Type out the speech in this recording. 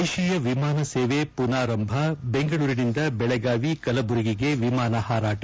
ದೇಶೀಯ ವಿಮಾನ ಸೇವೆ ಪುನಾರಂಭ ಬೆಂಗಳೂರಿನಿಂದ ಬೆಳಗಾವಿ ಕಲಬುರಗಿಗೆ ವಿಮಾನ ಹಾರಾಟ